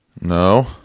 No